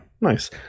nice